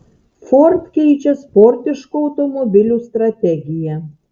ford keičia sportiškų automobilių strategiją